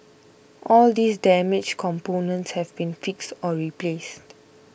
all these damaged components have been fixed or replaced